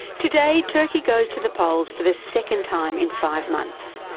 today turkey goes to the polls for the second time in five months.